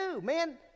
man